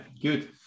good